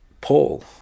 Paul